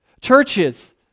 Churches